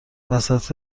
وسط